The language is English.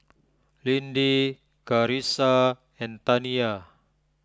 Lindy Carissa and Taniya